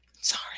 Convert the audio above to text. Sorry